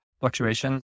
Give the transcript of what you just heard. fluctuation